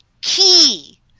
key